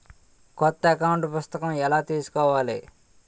కొత్త అకౌంట్ పుస్తకము ఎలా తీసుకోవాలి?